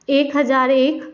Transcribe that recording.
एक हज़ार एक